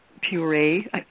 puree